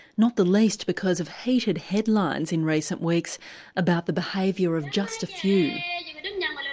not the least because of heated headlines in recent weeks about the behaviour of just a few. yeah you know and